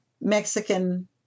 Mexican